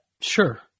Sure